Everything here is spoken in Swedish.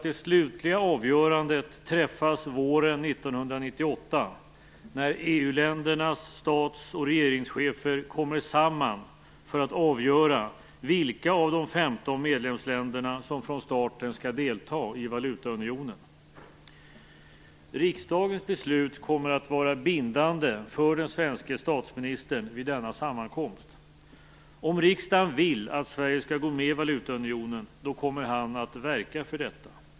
Det slutliga avgörandet träffas nämligen våren 1998, när EU-ländernas stats och regeringschefer kommer samman för att avgöra vilka av de 15 medlemsländerna som från starten skall delta i valutaunionen. Riksdagens beslut kommer att vara bindande för den svenske statsministern vid denna sammankomst. Om riksdagen vill att Sverige skall gå med i valutaunionen kommer han att verka för detta.